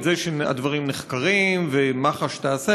את זה שהדברים נחקרים ומח"ש תעשה,